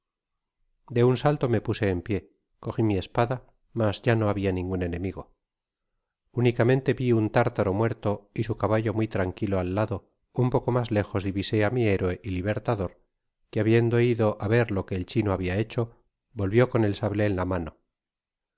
de un salto me puse de pié cogi mi espada mas ya no habia ningun enemigo unicamente vi un tártaro muerto y su caballo muy tranquilo al lado un poco mas l ejos divisó á mi héroe y libertador que habiendo ido á verlo que el chino habia hecho volvio con el sable en la mano